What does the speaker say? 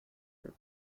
were